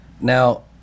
Now